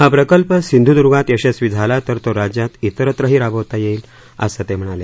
हा प्रकल्प सिंधुदुर्गात यशस्वी झाला तर तो राज्यात त्रिरत्रही राबवता येईल असं ते म्हणाले